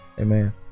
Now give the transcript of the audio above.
amen